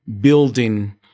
building